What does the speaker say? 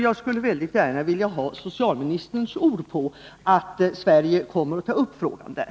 Jag skulle väldigt gärna vilja ha socialministerns ord på att Sverige kommer att ta upp frågan där.